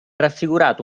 raffigurato